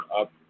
up